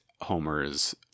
Homer's